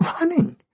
running